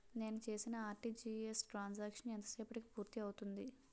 నేను చేసిన RTGS transaction ఎంత సేపటికి పూర్తి అవుతుంది?